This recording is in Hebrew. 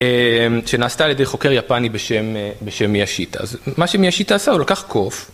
שנעשתה על ידי חוקר יפני בשם ...בשם מיה שיטה, אז מה שמיה שיטה עשה הוא לקח קוף.